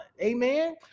Amen